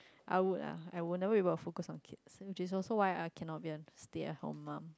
I would ah I would never even focus on kids which is also why I cannot be a stay at home mum